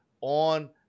on